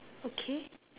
okay